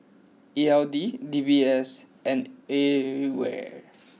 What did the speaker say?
E L D D B S and A ware